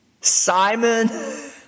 Simon